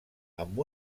amb